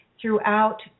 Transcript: throughout